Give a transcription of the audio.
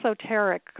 esoteric